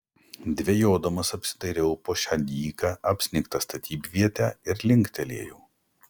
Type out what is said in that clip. dvejodamas apsidairiau po šią dyką apsnigtą statybvietę ir linktelėjau